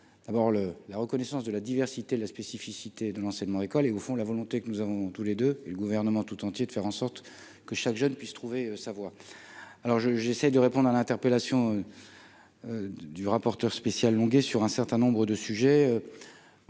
d'abord le la reconnaissance de la diversité et la spécificité de l'enseignement, école et au fond, la volonté que nous avons tous les deux et le gouvernement tout entier, de faire en sorte que chaque jeune puisse trouver sa voie, alors je j'essaye de répondre à l'interpellation du rapporteur spécial longuet sur un certain nombre de sujets,